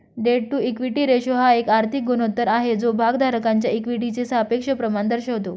date to equity ratio हा एक आर्थिक गुणोत्तर आहे जो भागधारकांच्या इक्विटीचे सापेक्ष प्रमाण दर्शवतो